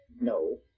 No